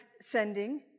sending